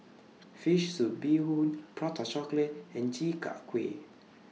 Fish Soup Bee Hoon Prata Chocolate and Chi Kak Kuih